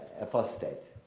apostate,